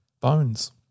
bones